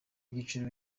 byiciro